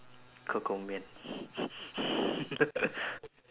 ke kou mian